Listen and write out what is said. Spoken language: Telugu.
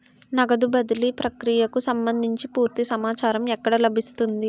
నగదు బదిలీ ప్రక్రియకు సంభందించి పూర్తి సమాచారం ఎక్కడ లభిస్తుంది?